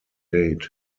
date